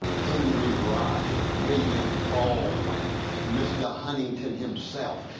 henry rodgers, william baldwin, mr. huntington himself.